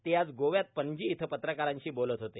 ते आज गोव्यात पणजी इथं पत्रकारांशी बोलत होते